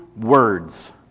words